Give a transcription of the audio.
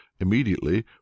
immediately